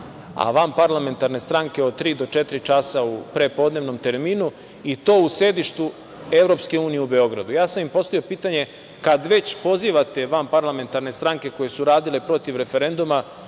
a vanparlamentarne stranke od tri do četiri časa u prepodnevnom terminu i to u sedištu EU u Beogradu. Ja sam im postavio pitanje, kada već pozivate vanparlamentarne stranke koje su radile protiv referenduma,